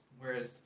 Whereas